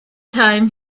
time